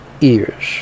ears